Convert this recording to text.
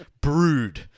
brood